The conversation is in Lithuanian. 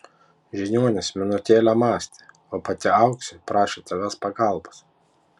žiniuonis minutėlę mąstė o pati auksė prašė tavęs pagalbos